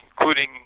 including